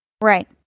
Right